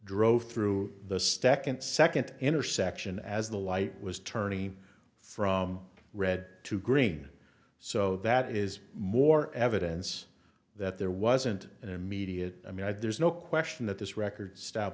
drove through the stack and second intersection as the light was tourney from red to green so that is more evidence that there wasn't an immediate i mean there's no question that this record stab